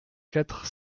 quatre